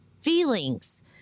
feelings